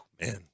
man